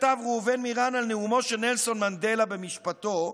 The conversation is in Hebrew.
כתב ראובן מירן על נאומו של נלסון מנדלה במשפטו,